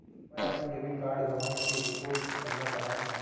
मै हा अपन डेबिट कार्ड गवाएं के रिपोर्ट करना चाहत हव